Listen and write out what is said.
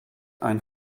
ein